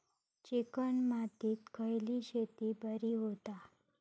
Chicken मातीत खयली शेती बरी होता?